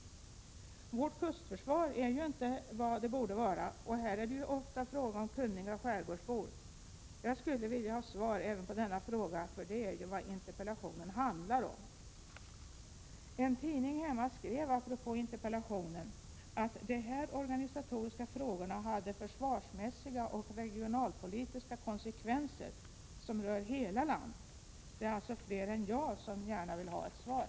Vårt kustförsvar är ju inte vad det borde vara, och här är det ofta fråga om kunniga skärgårdsbor. Jag skulle vilja få svar även på denna fråga, för det är ju vad interpellationen handlar om. En tidning hemma skrev apropå interpellationen att de här organisatoriska frågorna hade försvarsmässiga och regionalpolitiska konsekvenser som rör hela landet. Det är alltså fler än jag som gärna vill ha ett svar.